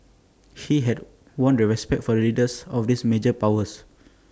he had won the respect for leaders of these major powers